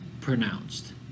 pronounced